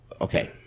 Okay